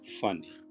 funny